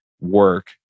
work